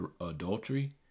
adultery